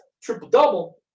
triple-double